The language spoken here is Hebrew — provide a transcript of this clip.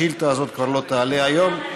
השאילתה הזאת כבר לא תעלה היום.